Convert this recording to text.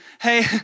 Hey